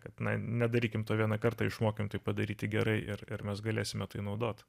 kaip na nedarykime to vieną kartą išmokanti padaryti gerai ir ir mes galėsime tai naudoti